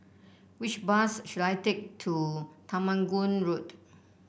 which bus should I take to Temenggong Road